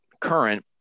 current